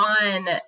on